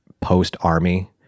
post-ARMY